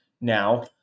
now